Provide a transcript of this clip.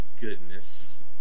Goodness